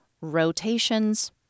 rotations